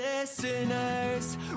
listeners